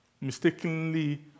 mistakenly